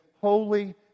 holy